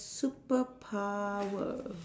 superpower